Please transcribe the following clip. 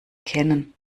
kennen